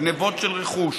עם גנבות של רכוש,